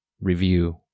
review